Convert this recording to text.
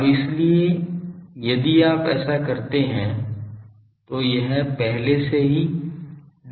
अब इसलिए यदि आप ऐसा करते हैं तो यह पहले से ही d theta है